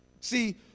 See